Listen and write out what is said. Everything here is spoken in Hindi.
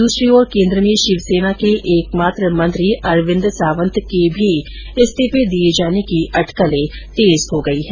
दूसरी ओर कोन्द्र में शिवसेना के एकमात्र मंत्री अरविंद सांवत के भी इस्तीफे दिये जाने की अटकले तेज हो गई है